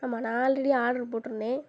ஆமாம் நான் already order போட்டுருந்தேன்